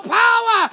power